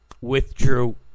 withdrew